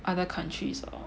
other countries or